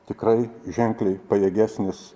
tikrai ženkliai pajėgesnis